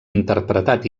interpretat